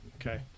Okay